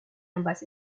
ambas